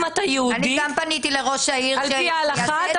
אם אתה יהודי על-פי ההלכה,